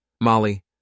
Molly